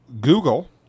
google